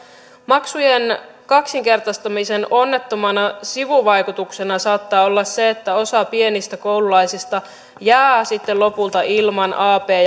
maksujen kaksinkertaistamisen onnettomana sivuvaikutuksena saattaa olla se että osa pienistä koululaisista jää sitten lopulta ilman ap